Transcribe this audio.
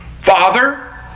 Father